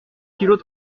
kilos